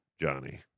Johnny